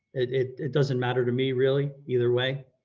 it it doesn't matter to me really either way,